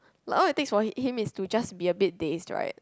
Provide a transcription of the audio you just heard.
like all it takes for him is to just be a bit dazed right